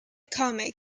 comic